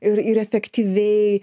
ir ir efektyviai